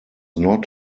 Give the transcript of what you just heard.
not